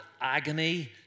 agony